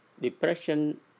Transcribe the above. depression